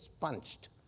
punched